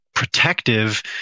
protective